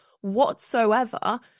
whatsoever